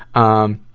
um,